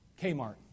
Kmart